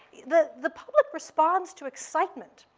the the public responds to excitement,